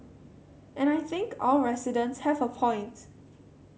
and I think our residents have a point